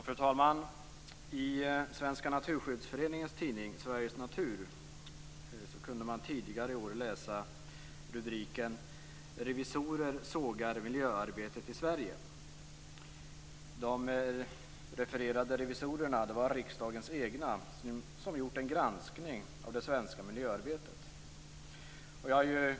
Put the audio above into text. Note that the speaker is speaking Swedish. Fru talman! I Svenska Naturskyddsföreningens tidning Sveriges Natur kunde man tidigare i år läsa rubriken Revisorer sågar miljöarbetet i Sverige. De refererade revisorerna var riksdagens egna som gjort en granskning av det svenska miljöarbetet.